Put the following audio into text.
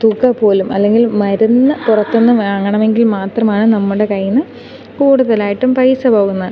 തുക പോലും അല്ലെങ്കിൽ മരുന്ന് പുറത്തു നിന്ന് വാങ്ങണമെങ്കിൽ മാത്രമാണ് നമ്മുടെ കയ്യിൽ നിന്ന് കൂടുതലായിട്ടും പൈസ പോകുന്നു